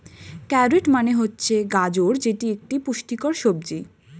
carrot মানে হচ্ছে গাজর যেটি একটি পুষ্টিকর সবজি